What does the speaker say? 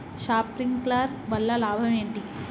Sprinkler వల్ల లాభం ఏంటి?